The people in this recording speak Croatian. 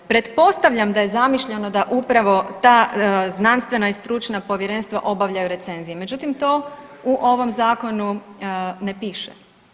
Pretpostavljam da je zamišljeno da upravo ta znanstvena i stručna povjerenstva obavljaju recenzije međutim to u ovom zakonu ne piše.